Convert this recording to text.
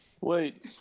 Wait